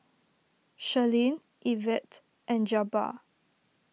Sherlyn Ivette and Jabbar